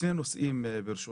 יש לי שני נושאים, ברשותך.